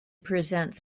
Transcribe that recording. presents